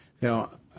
Now